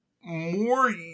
More